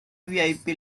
vip